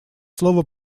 слово